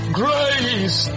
grace